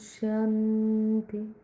Shanti